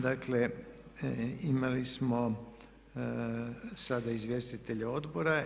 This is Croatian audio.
Dakle, imali smo sada izvjestitelje odbora.